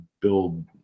build